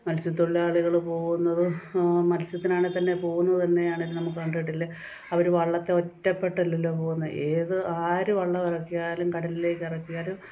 മത്സ്യത്തൊഴിലാളികൾ പോകുന്നതും മത്സ്യത്തിനാണെ തന്നെ പോകുന്നതു തന്നെ ആണെങ്കിലും നമ്മൾ കണ്ടിട്ടില്ലേ അവർ വള്ളത്തെ ഒറ്റപ്പെട്ടല്ലല്ലോ പോകുന്നത് ഏത് ആര് വളളമിറക്കിയാലും കടലേക്ക് ഇറക്കിയാലും